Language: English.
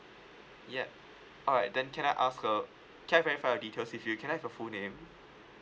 yup alright then can I ask uh can I verify your details with you can I have your full name